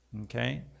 Okay